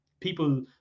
People